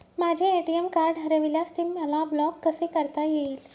माझे ATM card हरविल्यास ते मला ब्लॉक कसे करता येईल?